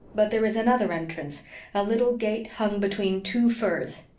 but there is another entrance a little gate hung between two firs.